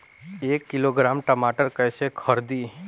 एक किलोग्राम टमाटर कैसे खरदी?